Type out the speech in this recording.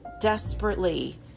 desperately